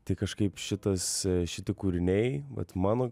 tai kažkaip šitas šiti kūriniai vat mano